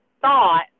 thought